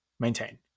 maintain